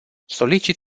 solicit